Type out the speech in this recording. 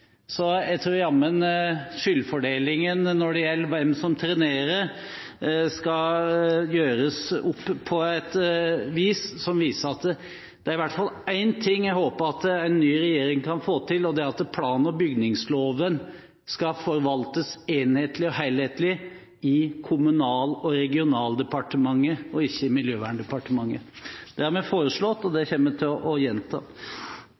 Så jeg tror jammen skyldfordelingen når det gjelder hvem som trenerer, skal gjøres opp på et vis som viser at det i hvert fall er én ting en ny regjering kan få til – det håper jeg på – og det er at plan- og bygningsloven skal forvaltes enhetlig og helhetlig i Kommunal- og regionaldepartementet og ikke i Miljøverndepartementet. Det har vi foreslått, og det kommer vi til å gjenta.